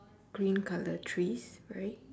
green colour trees right